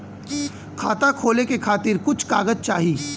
खाता खोले के खातिर कुछ कागज चाही?